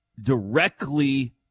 directly